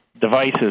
devices